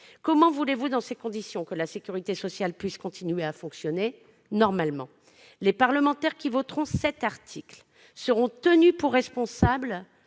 comment voulez-vous que la sécurité sociale puisse continuer à fonctionner normalement ? Les parlementaires qui voteront cet article seront tenus pour responsables,